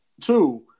Two